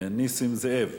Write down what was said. נסים זאב.